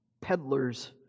peddlers